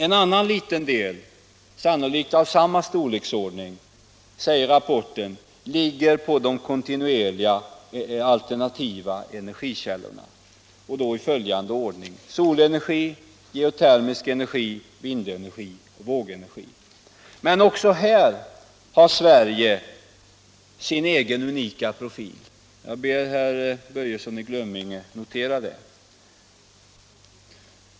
En annan liten del, sannolikt av samma storleksordning säger rapporten, ligger på de kontinuerliga, alternativa energikällorna i följande ordning: solenergi, geo 85 termisk energi, vindenergi och vågenergi. Men också här har Sverige sin egen unika profil. Jag ber herr Börjesson i Glömminge att notera det.